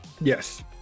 Yes